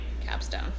capstone